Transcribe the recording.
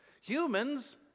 Humans